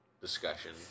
discussion